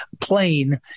plane